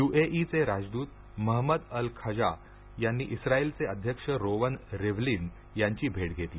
यूएईचे राजदूत Mohammed Al Khaja यांनी इस्राईलचे अध्यक्ष रोवन रिव्हलीन यांची भेट घेतली